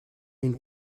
een